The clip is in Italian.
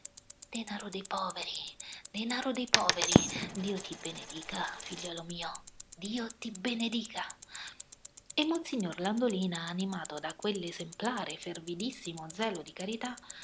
denaro dei poveri denaro dei poveri dio ti benedica figliuolo mio dio ti benedica e monsignor landolina animato da quell'esemplare fervidissimo zelo di carità